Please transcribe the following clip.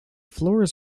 floors